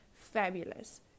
Fabulous